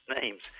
names